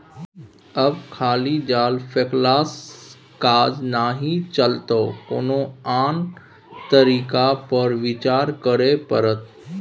आब खाली जाल फेकलासँ काज नहि चलतौ कोनो आन तरीका पर विचार करय पड़त